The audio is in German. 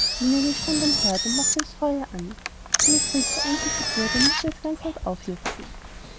stand am herd und machte das feuer an wie es des rico ansichtig wurde mußte es ganz laut aufjauchzen